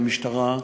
למשטרה,